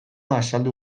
azaldu